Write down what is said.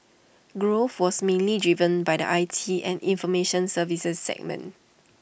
growth was mainly driven by the I T and information services segment